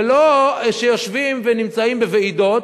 ולא שיושבים ונמצאים בוועידות,